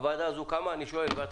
הוועדה הזו קמה ועובדת?